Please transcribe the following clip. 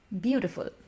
beautiful